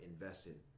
invested